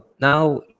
now